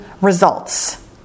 results